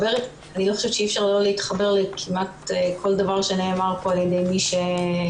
אני לא חושבת שאפשר לא להתחבר לכמעט כל דבר שנאמר פה על ידי מי שדיבר.